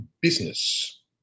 business